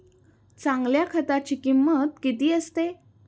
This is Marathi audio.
चांगल्या खताची किंमत किती असते?